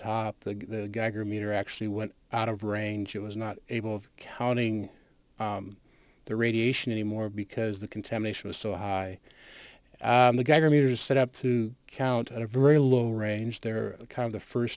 top the geiger meter actually went out of range it was not able of counting the radiation anymore because the contamination was so high the geiger meters set up to count on a very low range they're kind of the first